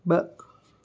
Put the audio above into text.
ब॒